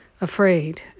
afraid